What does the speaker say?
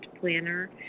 planner